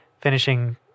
finishing